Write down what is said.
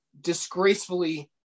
disgracefully